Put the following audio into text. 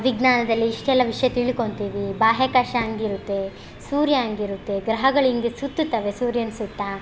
ವಿಜ್ಞಾನದಲ್ಲಿ ಇಷ್ಟೆಲ್ಲ ವಿಷಯ ತಿಳ್ಕೊತೀವಿ ಬಾಹ್ಯಾಕಾಶ ಹಂಗಿರುತ್ತೆ ಸೂರ್ಯ ಹಂಗಿರುತ್ತೆ ಗ್ರಹಗಳು ಹಿಂಗೆ ಸುತ್ತುತ್ತವೆ ಸೂರ್ಯನ ಸುತ್ತ